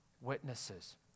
witnesses